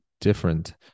different